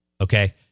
okay